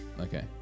Okay